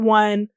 one